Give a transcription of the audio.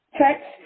text